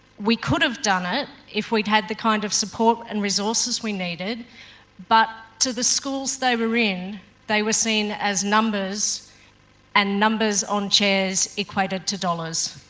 we could have done it if we'd had the kind of support and resources we needed but to the schools they were in they were seen as numbers and numbers on chairs equated to dollars.